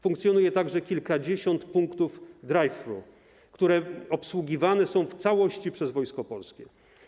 Funkcjonuje także kilkadziesiąt punktów drive-through, które obsługiwane są w całości przez Wojsko Polskie.